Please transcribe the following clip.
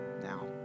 now